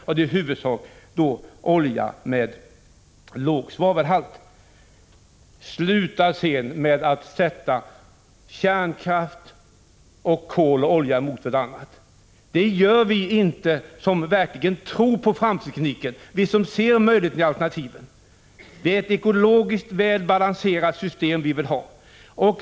Det blir då i huvudsak mängden olja med låg svavelhalt som kommer att finnas kvar. Vidare: Upphör med att sätta kärnkraft resp. kol och olja mot varandra! Vi som verkligen tror på FRAM-tekniken och som ser möjligheterna och alternativen gör inte så. Det är ett ekologiskt väl balanserat system som vi vill ha.